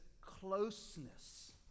closeness